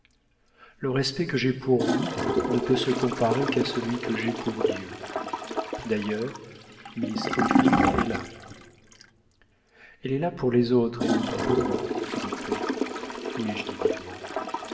le respect que j'ai pour vous ne peut se comparer qu'à celui que j'ai pour dieu d'ailleurs miss griffith est là elle est là pour les autres et non pas pour nous felipe lui ai-je dit vivement